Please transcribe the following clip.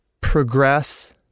progress